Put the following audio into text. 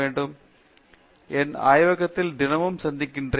பேராசிரியர் சத்யநாராயணன் என் கும்மாடி என் ஆய்வகத்தில் தினமும் சந்திக்கிறேன்